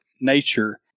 nature